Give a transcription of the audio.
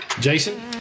Jason